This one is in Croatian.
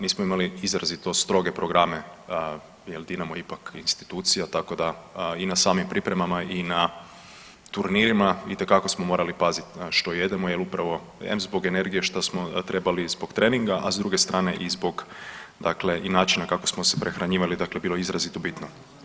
Mi smo imali izrazito stroge programe jel Dinamo je ipak institucija, tako da i na samim pripremama i na turnirima itekako smo morali pazit na što jedemo jel upravo em zbog energije šta smo trebali i zbog treninga, a s druge strane i zbog dakle i načina kako smo se prehranjivali dakle bilo je izrazito bitno.